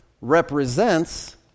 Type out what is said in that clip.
represents